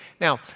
Now